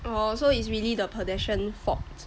oh so it's really the pedestrian fault